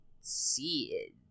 see